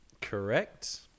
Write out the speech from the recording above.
Correct